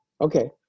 Okay